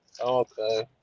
Okay